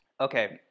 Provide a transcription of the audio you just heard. Okay